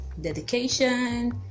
Dedication